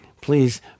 Please